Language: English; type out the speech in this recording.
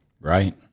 Right